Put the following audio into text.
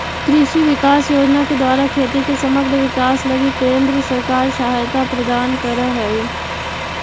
कृषि विकास योजना के द्वारा खेती के समग्र विकास लगी केंद्र सरकार सहायता प्रदान करऽ हई